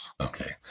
Okay